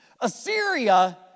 Assyria